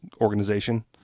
organization